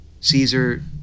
Caesar